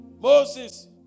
Moses